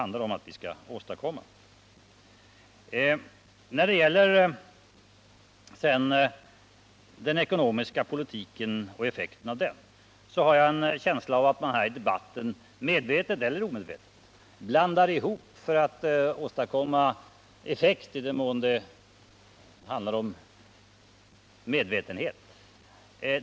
När det sedan gäller den ekonomiska politiken och effekten av den har jag en känsla av att man här i debatten, medvetet eller omedvetet, blandar ihop saker och ting för att åstadkomma effekt — i den mån det handlar om medvetenhet.